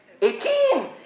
Eighteen